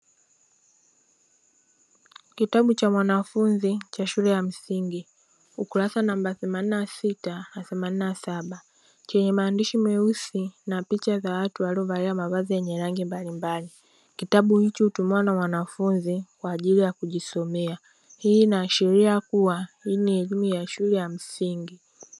Kitabu cha mwanafunzi cha shule ya msingi ukurasa namba themanini na sita na themanini na saba chenye picha nyeusi na picha za watu waliovalia mavazi yenye rangi mbalimbali, kitabu hichi hutumiwa na mwanafunzi kwaajili ya kujisomea, hii inaashiria kuwa hii ni elimu ya shule ya msingi.